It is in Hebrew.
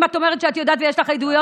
אם את אומרת שאת יודעת ויש לך עדויות,